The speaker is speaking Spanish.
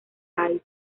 bytes